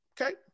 okay